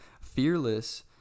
fearless